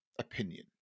opinion